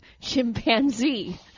chimpanzee